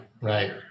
right